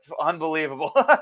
Unbelievable